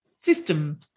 system